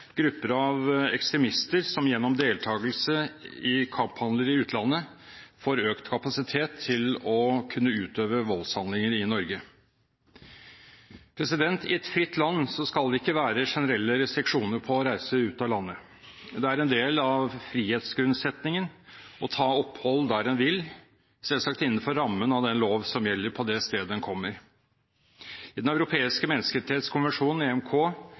grupper av ekstremister som gjennom deltakelse i kamphandlinger i utlandet får økt kapasitet til å kunne utøve voldshandlinger i Norge. I et fritt land skal det ikke være generelle restriksjoner på å reise ut av landet. Det er en del av frihetsgrunnsetningen å ta opphold der en vil, selvsagt innenfor rammen av den lov som gjelder på det stedet en kommer. I Den europeiske menneskerettskonvensjonen, EMK,